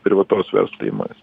privataus verslo įmonės